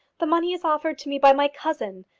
the money is offered to me by my cousin,